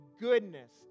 goodness